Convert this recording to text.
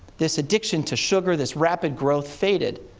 this addiction to sugar, this rapid growth, faded.